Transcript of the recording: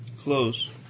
Close